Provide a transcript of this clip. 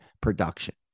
production